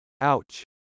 Ouch